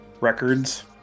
Records